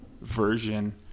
version